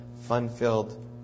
fun-filled